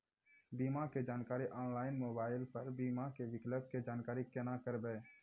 बीमा के जानकारी ऑनलाइन मोबाइल पर बीमा के विकल्प के जानकारी केना करभै?